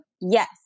yes